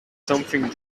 something